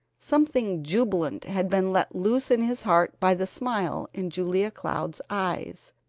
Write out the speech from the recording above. something jubilant had been let loose in his heart by the smile in julia cloud's eyes,